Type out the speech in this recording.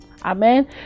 Amen